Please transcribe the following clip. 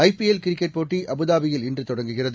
IPL cricket போட்டி அபுதாபியில் இன்று தொடங்குகிறது